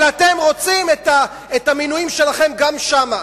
אבל אתם רוצים את המינויים שלכם גם שם.